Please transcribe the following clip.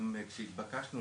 גם כשהתבקשנו,